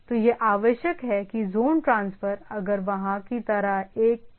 तो यह आवश्यक है कि ज़ोन ट्रांसफर अगर वहाँ की तरह एक की जरूरत है